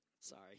Sorry